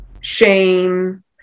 shame